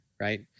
Right